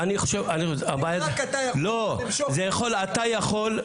אם רק אתה יכול --- אתה יכול,